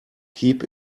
keep